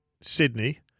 Sydney